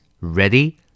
Ready